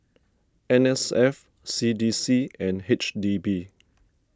N S F C D C and H D B